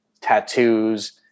tattoos